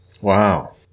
wow